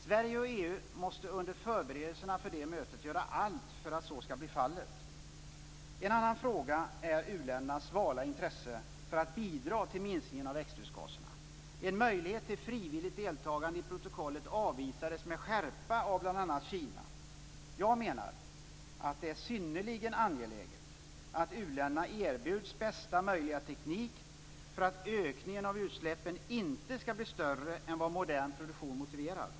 Sverige och EU måste under förberedelserna för det mötet göra allt för att så skall bli fallet. En annan fråga är u-ländernas svala intresse för att bidra till minskningen av växthusgaserna. En möjlighet till frivilligt deltagande i protokollet avvisades med skärpa av bl.a. Kina. Jag menar att det är synnerligen angeläget att u-länderna erbjuds bästa möjliga teknik för att ökningen av utsläppen inte skall bli större än vad modern produktion motiverar.